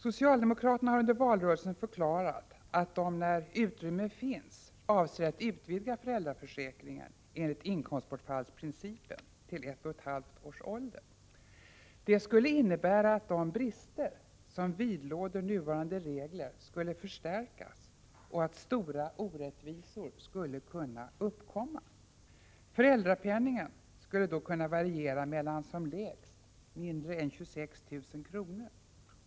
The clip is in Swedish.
Socialdemokraterna har under valrörelsen förklarat att de, när utrymme finns, avser att utvidga föräldraförsäkringen enligt inkomstbortfallsprincipen till ett och ett halvt års ålder. Det skulle innebära att de brister som vidlåder nuvarande regler skulle förstärkas och att stora orättvisor skulle kunna uppkomma. Föräldrapenningen skulle då kunna variera mellan som lägst mindre än 26 000 kr.